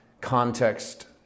context